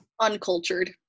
uncultured